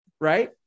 Right